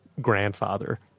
grandfather